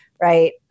right